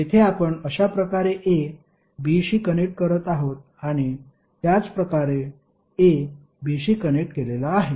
येथे आपण अशा प्रकारे a b शी कनेक्ट करत आहोत आणि त्याच प्रकारे a b शी कनेक्ट केलेला आहे